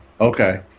okay